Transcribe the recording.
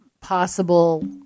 possible